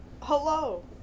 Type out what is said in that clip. hello